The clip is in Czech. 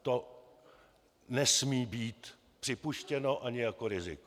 To nesmí být připuštěno ani jako riziko.